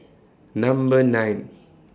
Number nine